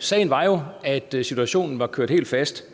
Sagen var jo, at situationen var kørt helt fast.